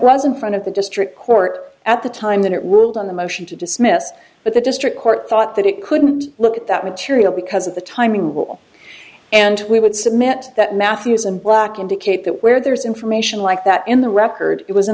was in front of the district court at the time that it ruled on the motion to dismiss but the district court thought that it couldn't look at that material because of the timing will and we would submit that matthews and black indicate that where there is information like that in the record it was in